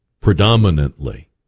predominantly